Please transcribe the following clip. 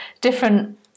different